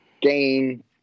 gain